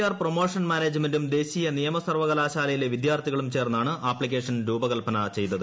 R promotion മാനേജ്മെന്റും ദേശീയ നിയമ സർവകലാശാലയിലെ വിദ്യാർത്ഥികളും ചേർന്നാണ് ആപ്സിക്കേഷൻ രൂപകൽപ്പന ചെയ്തത്